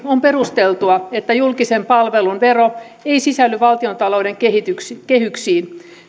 on perusteltua että julkisen palvelun vero ei sisälly valtiontalouden kehyksiin